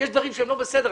יש דברים שהם לא בסדר,